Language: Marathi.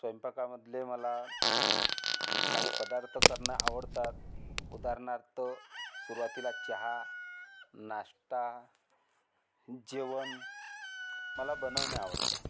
स्वयंपाकामधले मला काही पदार्थ करणं आवडतात उदाहरणार्थ सुरुवातीला चहा नाष्टा जेवण मला बनवणे आवडते